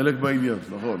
זה חלק מהעניין, נכון.